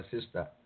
sister